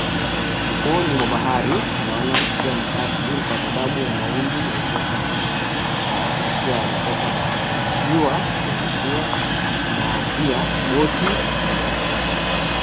Ufuoni mwa bahari tunaona ukiwa msafi ni kwa sababu ya mawimbi yaliyosafishwa na yakiwa yametoka baharini. Jua linatua, na pia boti inaonekana kwa mbali.